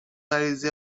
غریزه